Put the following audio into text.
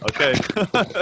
Okay